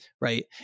right